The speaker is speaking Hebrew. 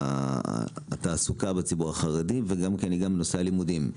התעסוקה בציבור החרדי וגם נושא הלימודים.